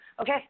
Okay